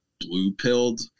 blue-pilled